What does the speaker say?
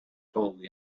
told